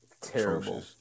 terrible